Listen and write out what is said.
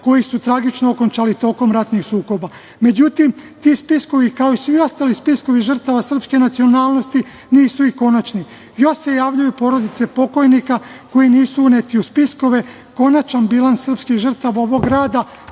koji su tragično okončali tokom ratnih sukoba. Međutim, ti spiskovi, kao i svi ostali spiskovi žrtava srpske nacionalnosti, nisu i konačni, još se javljaju porodice pokojnika koji nisu uneti u spiskove. Konačan bilans srpskih žrtava ovog grada